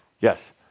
Yes